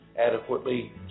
adequately